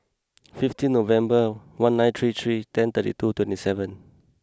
fifteen November one nine three three ten thirty two twenty seven